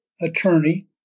attorney